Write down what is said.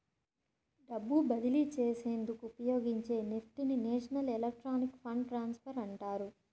డబ్బు బదిలీ చేసేందుకు ఉపయోగించే నెఫ్ట్ ని నేషనల్ ఎలక్ట్రానిక్ ఫండ్ ట్రాన్స్ఫర్ అంటారు